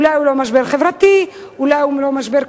אולי הוא לא משבר חברתי, אולי הוא לא משבר כלכלי,